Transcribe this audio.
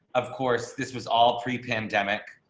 of course, this was all pre pandemic.